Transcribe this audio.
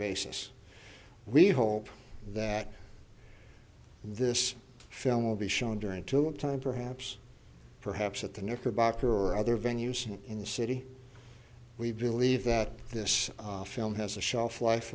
basis we hope that this film will be shown during two of time perhaps perhaps at the knickerbocker or other venues in the city we believe that this film has a shelf life